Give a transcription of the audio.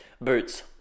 Boots